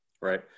Right